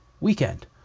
weekend